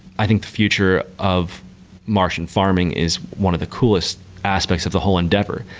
i think the future of martian farming is one of the coolest aspects of the whole endeavor,